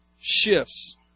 shifts